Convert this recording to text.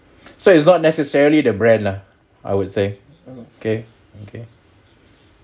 so it's not necessarily the bread lah I would say okay okay